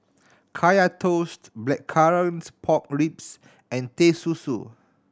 Kaya Toast blackcurrants pork ribs and Teh Susu